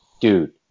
dude